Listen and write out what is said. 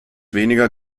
weniger